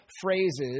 phrases